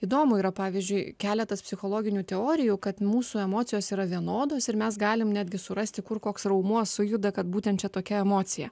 įdomu yra pavyzdžiui keletas psichologinių teorijų kad mūsų emocijos yra vienodos ir mes galim netgi surasti kur koks raumuo sujuda kad būtent tokia emocija